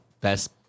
best